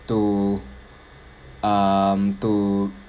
to um to